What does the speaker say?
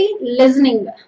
listening